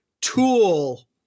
Tool